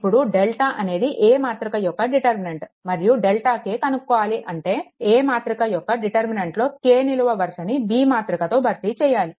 ఇప్పుడు డెల్టా అనేది A మాతృక యొక్క డిటర్మినెంట్ మరియు డెల్టాk కనుక్కోవాలి అంటే A మాతృక యొక్క డిటర్మినెంట్లో k నిలువ వరుసను B మాతృక తో భర్తీ చేయాలి